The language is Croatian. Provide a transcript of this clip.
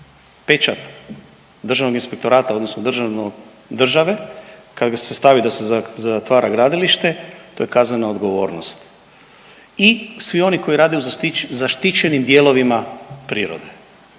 pečat Državnog inspektorata odnosno državnog, države, kad ga se stavi da se zatvara gradilište, to je kaznena odgovornost i svi oni koji rade u zaštićenim dijelovima prirode,